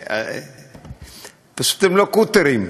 פשוט הם לא קוטרים,